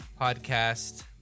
podcast